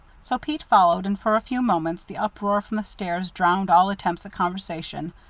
so pete followed, and for a few moments the uproar from the stairs drowned all attempts at conversation.